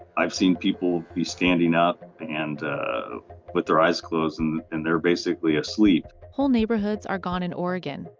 i've seen people be standing up and with their eyes closed and and they're basically asleep. whole neighborhoods are gone in oregon,